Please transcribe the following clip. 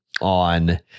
on